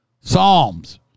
Psalms